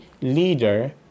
leader